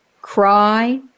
cry